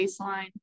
baseline